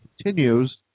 continues